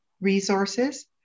resources